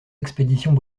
expéditions